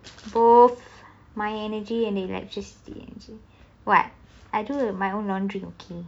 both my energy and electricity what I do my own laundry okay